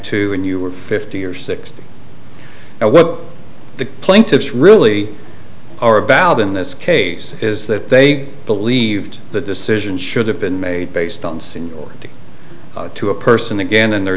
too and you were fifty or sixty now what the plaintiffs really are valid in this case is that they believed the decision should have been made based on single to a person again in their